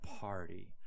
party